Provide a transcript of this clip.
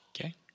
Okay